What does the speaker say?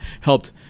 helped